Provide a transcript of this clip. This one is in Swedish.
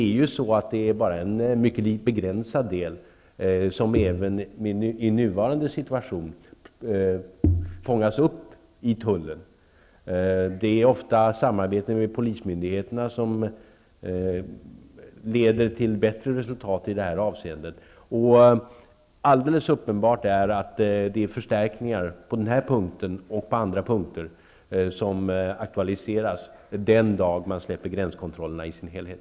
Även i dag är det en mycket begränsad del av narkotikan som fångas upp i tullen. Det är ofta samarbete mellan polismyndigheterna som leder till resultat i detta avseende. Det är alldeles uppenbart att det behövs förstärkningar på både denna och andra punkter den dag man släpper gränskontrollerna i deras helhet.